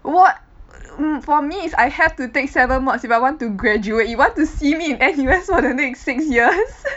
我 mm for me if I have to take seven mods if I want to graduate you want to see me in N_U_S for the next six years